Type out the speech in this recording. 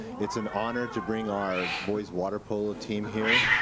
it's an honor to bring our boys water polo team here.